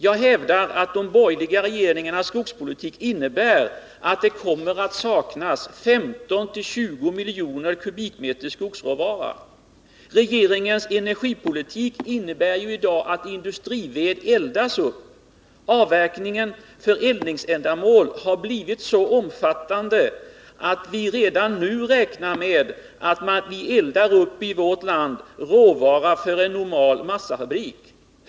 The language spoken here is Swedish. Jag hävdar att de borgerliga regeringarnas skogspolitik innebär att det kommer att saknas 15-20 miljoner kubikmeter skogsråvara. Regeringens energipolitik innebär i dag att industrived eldas upp. Avverkningen för eldningsändamål har blivit så omfattande att vi redan nu räknar med att det i vårt land eldas upp råvara för en normal massafabrik.